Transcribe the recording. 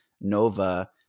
Nova